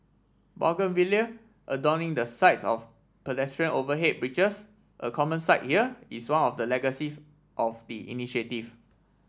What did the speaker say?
bougainvillea adorning the sides of pedestrian overhead bridges a common sight here is one of the legacies of the initiative